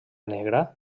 negra